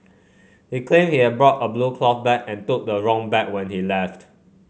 he claimed he had brought a blue cloth bag and took the wrong bag when he left